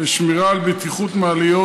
לשמירה על בטיחות מעליות,